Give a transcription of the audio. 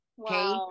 Okay